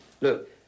Look